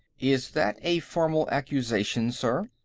is that a formal accusation, sir?